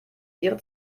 ihre